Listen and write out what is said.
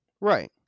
Right